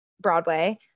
broadway